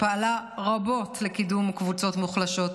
שפעלה רבות לקידום קבוצות מוחלשות.